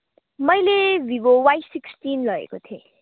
मैले Vivo Y sixteen लगेको थिएँ